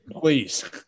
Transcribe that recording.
please